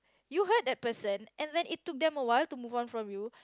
you hurt that person and then it took them a while to move on from you